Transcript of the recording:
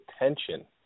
attention